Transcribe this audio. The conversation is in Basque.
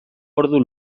ordu